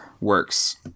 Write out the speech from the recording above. works